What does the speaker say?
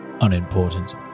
unimportant